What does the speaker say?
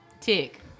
tick